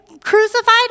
Crucified